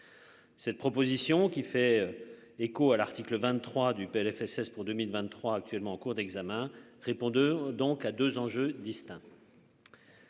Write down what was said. Cette proposition qui fait écho à l'article 23 du Plfss pour 2023 actuellement en cours d'examen répondent donc à 2 enjeux distincts.